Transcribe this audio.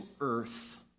earth